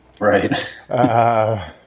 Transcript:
right